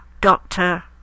doctor